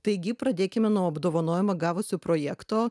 taigi pradėkime nuo apdovanojimą gavusio projekto